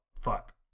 fuck